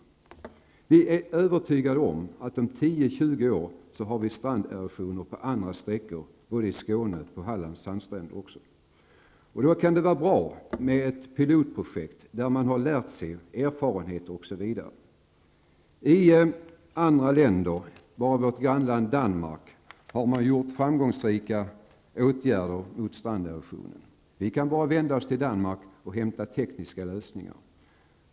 I Ystads kommun är vi övertygade om att det om 10--20 år kommer att vara stranderosion på andra sträckor i Skåne och på Hallands sandstränder. Då kan det vara bra med ett pilotprojekt som har gett erfarenheter. I andra länder, bl.a. i vårt grannland Danmark, har man vidtagit framgångsrika åtgärder mot stranderosion. Vi kan vända oss till Danmark för att hämta tekniska lösningar.